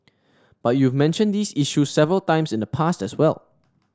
but you've mentioned these issues several times in the past as well